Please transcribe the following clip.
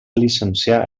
llicenciar